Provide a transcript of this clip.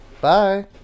Bye